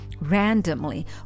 randomly